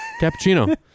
cappuccino